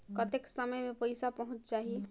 कतेक समय मे पइसा पहुंच जाही?